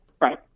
Right